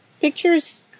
pictures